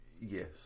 Yes